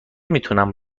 میتونم